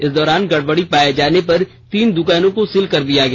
इस दौरान गड़बड़ी पाये जाने पर तीन दुकानों को सील कर दिया गया